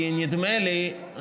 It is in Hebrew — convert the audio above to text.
כי נדמה לי,